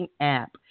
app